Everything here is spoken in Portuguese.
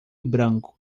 branco